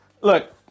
Look